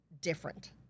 different